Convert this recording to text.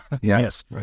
Yes